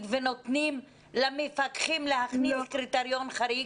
ונותנים למפקחים להכניס קריטריון חריג?